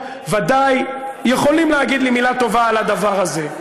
ודאי יכולים להגיד לי מילה טובה על הדבר הזה.